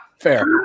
Fair